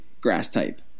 Grass-type